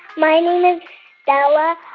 my name is stella.